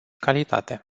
calitate